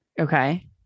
Okay